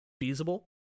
feasible